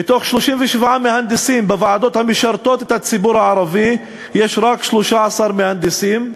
מ-37 מהנדסים בוועדות המשרתות את הציבור הערבי יש רק 13 מהנדסים.